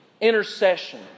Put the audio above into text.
intercession